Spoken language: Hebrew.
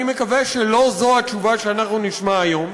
אני מקווה שלא זו התשובה שאנחנו נשמע היום,